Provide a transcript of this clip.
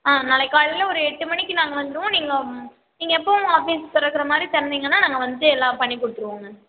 ஆ நாளைக்கு காலையில் ஒரு எட்டு மணிக்கு நாங்கள் வந்துடுவோம் நீங்கள் ம் நீங்கள் எப்பவும் ஆஃபீஸ் திறக்கற மாதிரி திறந்திங்கனா நாங்கள் வந்துட்டு எல்லாம் பண்ணிக் கொடுத்துருவோங்க